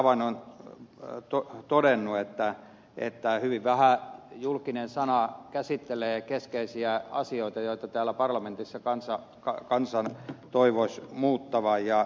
olen sellaisen havainnon tehnyt että hyvin vähän julkinen sana käsittelee keskeisiä asioita joita täällä parlamentissa kansan toivoisi muuttavan